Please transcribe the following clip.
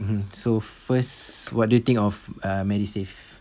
mmhmm so first what do you think of uh medisave